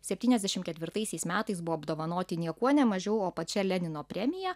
septyniasdešim ketvirtaisiais metais buvo apdovanoti niekuo ne mažiau o pačia lenino premija